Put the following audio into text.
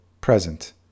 present